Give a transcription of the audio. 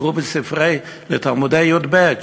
תראו בספרים לתלמידי י"ב,